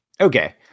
Okay